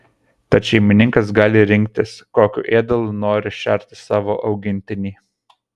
tad šeimininkas gali rinktis kokiu ėdalu nori šerti savo augintinį